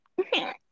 okay